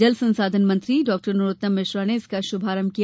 जल संसाधन मंत्री नरोत्तम मिश्र ने इसका शुभारंभ किया